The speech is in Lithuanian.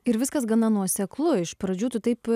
ir viskas gana nuoseklu iš pradžių tu taip